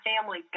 family